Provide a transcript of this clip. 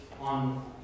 on